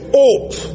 hope